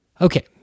okay